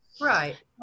Right